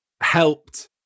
helped